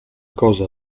cosa